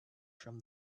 from